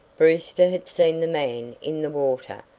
brewster had seen the man in the water